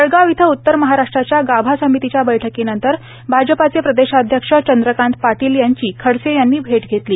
जळगाव इथं उतर महाराष्ट्राच्या गाभा समितीच्या बैठकीनंतर भाजपाचे प्रदेशाध्यक्ष चंद्रकांत पाटील यांची खडसे यांनी भेट घेतली